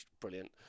Brilliant